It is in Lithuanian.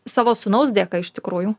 savo sūnaus dėka iš tikrųjų